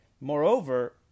Moreover